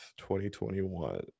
2021